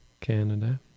Canada